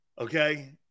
Okay